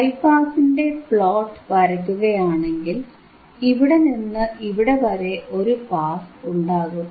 high പാസിന്റെ plot വരയ്ക്കുകയാണെങ്കിൽ ഇവിടെനിന്ന് ഇവിടെ വരെ ഒരു പാസ് ഉണ്ടാകും